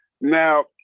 Now